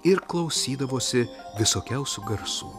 ir klausydavosi visokiausių garsų